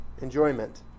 enjoyment